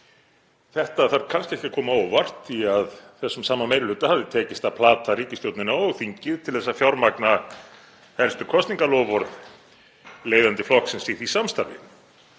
Þetta þarf kannski ekki að koma á óvart því að þessum sama meiri hluta hefur tekist að plata ríkisstjórnina og þingið til að fjármagna helstu kosningaloforð leiðandi flokksins í því samstarfi.